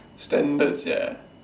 standard sia